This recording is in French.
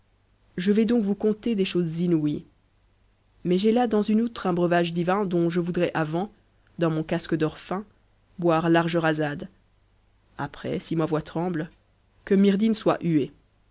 je vais donc vous conter des choses inouïes mais j'ai là dans une outre un breuvage divin dont je voudrais avant dans mon casque d'or fin boire large rasade après si ma voix tremble que myrdhinn soit hué